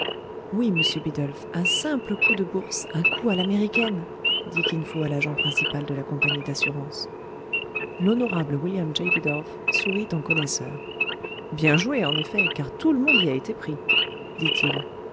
oui monsieur bidulph un simple coup de bourse un coup à l'américaine dit kin fo à l'agent principal de la compagnie d'assurances l'honorable william j bidulph sourit en connaisseur bien joué en effet car tout le monde y a été pris dit-il